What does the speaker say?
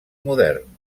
modern